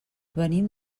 venim